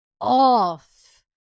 off